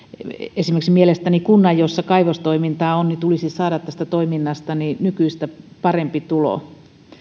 esimerkiksi mielestäni kunnan jossa kaivostoimintaa on tulisi saada tästä toiminnasta nykyistä parempi tulo